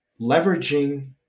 leveraging